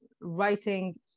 writing